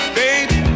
baby